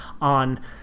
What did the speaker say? on